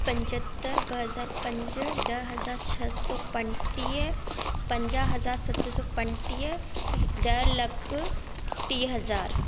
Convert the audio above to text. पंजहतरि ॿ हज़ार पंज ॾह हज़ार छह सौ पंटीह पंजाह हज़ार सत सौ पंटीह हि ॾह लख टीह हज़ार